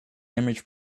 image